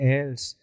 else